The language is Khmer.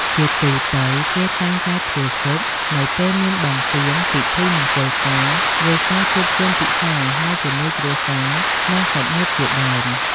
ជាទូទៅ គេតែងតែធ្វើស៊ុបនៅពេលមានបុណ្យទានពិធីមង្គលការឬការជួបជុំពិសាអាហារជាមួយគ្រួសារនិងសាច់ញាតិជាដើម។